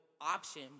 option